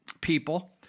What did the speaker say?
people